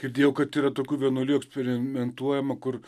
girdėjau kad yra tokių vienuolijų eksperimentuojama kur